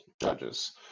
judges